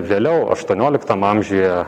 vėliau aštuonioliktam amžiuje